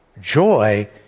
Joy